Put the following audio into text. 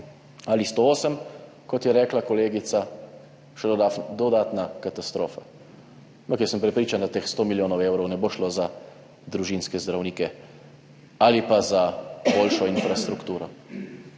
ali 108, kot je rekla kolegica, še dodatna katastrofa, ampak jaz sem prepričan, da teh 100 milijonov evrov ne bo šlo za družinske zdravnike ali pa za boljšo infrastrukturo.